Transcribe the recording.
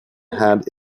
had